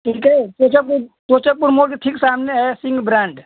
ठीक है तेजापुर कोचरपुर मोल के ठीक सामने है सिंह ब्रांड